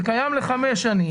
זה קיים לחמש שנים.